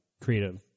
creative